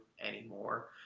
anymore